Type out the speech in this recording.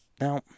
Now